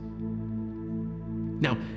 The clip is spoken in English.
Now